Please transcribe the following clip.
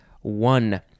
One